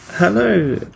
Hello